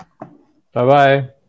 Bye-bye